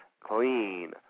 clean